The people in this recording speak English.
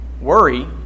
Worry